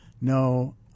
no